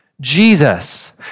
Jesus